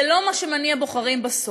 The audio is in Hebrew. זה לא מה שמניע בוחרים בסוף.